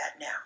now